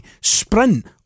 sprint